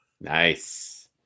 nice